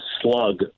slug